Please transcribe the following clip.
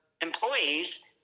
employees